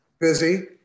Busy